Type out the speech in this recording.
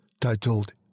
titled